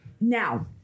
now